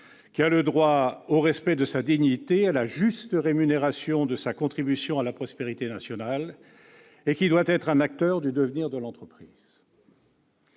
qui a droit au respect de sa dignité, à la juste rémunération de sa contribution à la prospérité nationale et qui doit être un acteur du devenir de l'entreprise.